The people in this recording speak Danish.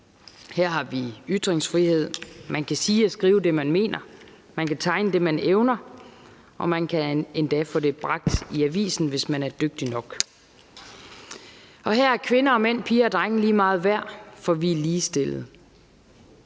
Her har vi ytringsfrihed: Man kan sige og skrive det, man mener, man kan tegne det, man evner, og man kan endda få det bragt i avisen, hvis man er dygtig nok. Og her er kvinder og mænd, piger og drenge lige meget værd, for vi er ligestillede.